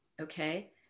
okay